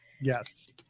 yes